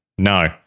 No